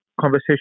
conversation